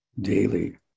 daily